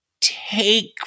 take